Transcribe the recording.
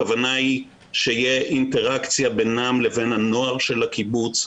הכוונה שתהיה אינטראקציה בינם לבין הנוער של הקיבוץ.